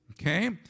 Okay